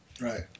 Right